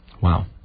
Wow